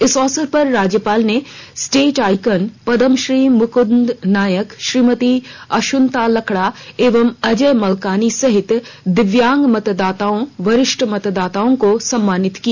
इस अवसर पर राज्यपाल ने स्टेट आइकान पदमश्री मुकृंद नायक श्रीमती अशुंता लकड़ा एवं अजय मल्कानी सहित दिव्यांग मतदाताओं वरिष्ठ मतदाताओं को सम्मानित किया